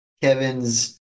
Kevin's